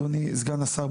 אדוני סגן השר,